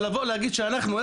אבל לבוא ולהגיד שאנחנו,